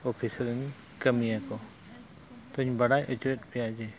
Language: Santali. ᱚᱯᱷᱤᱥ ᱨᱮᱱ ᱠᱟᱹᱢᱤᱭᱟᱠᱚ ᱛᱚᱧ ᱵᱟᱟᱰᱭ ᱦᱚᱪᱚᱭᱮᱫ ᱯᱮᱭᱟ ᱡᱮ